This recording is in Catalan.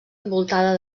envoltada